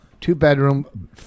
two-bedroom